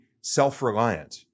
self-reliant